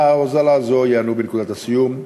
ומהוזלה זו ייהנו בנקודת הסיום,